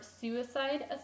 Suicide